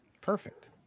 Perfect